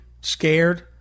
scared